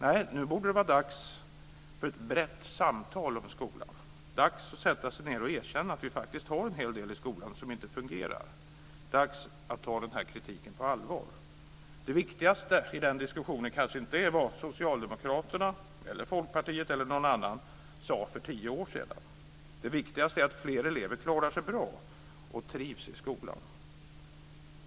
Nej, nu borde det vara dags för ett brett samtal om skolan, dags att sätta sig ned och erkänna att det faktiskt finns en hel del i skolan som inte fungerar och dags att ta kritiken på allvar. Det viktigaste i den diskussionen är kanske inte vad Socialdemokraterna, Folkpartiet eller någon annan sade för tio år sedan, utan det viktigaste är att fler elever klarar sig bra och trivs i skolan.